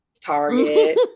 Target